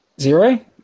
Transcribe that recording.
Zero